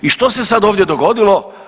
I što se sad ovdje dogodilo?